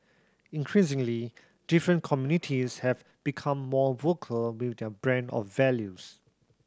increasingly different communities have become more vocal with their brand of values